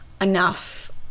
enough